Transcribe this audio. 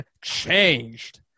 changed